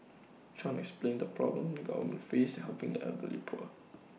chan explained the problem on face in helping the elderly poor